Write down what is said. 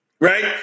Right